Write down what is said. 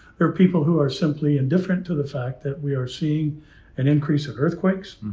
they're people who are simply indifferent to the fact that we are seeing an increase of earthquakes.